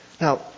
Now